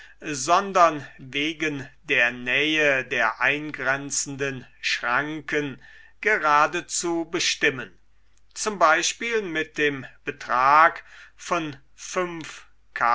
sondern wegen der nähe der eingrenzenden schranken geradezu bestimmen z b mit dem betrag von